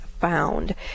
Found